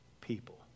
people